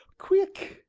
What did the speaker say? quick!